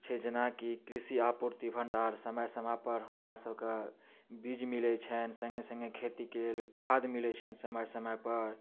छै जेनाकि कृषि आपूर्ति भंडार समय समय पर हुनका सबके बीज मिलै छनि संगे संगे खेती के लेल खाद मिलै छनि समय समय पर